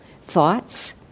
thoughts